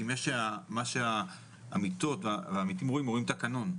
כי העמיתות והעמיתים רואים תקנון.